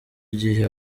gihe